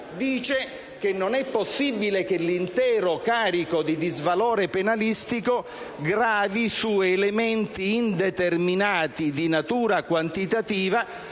dice che non è possibile che l'intero carico di disvalore penalistico gravi su elementi indeterminati di natura quantitativa,